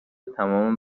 تمام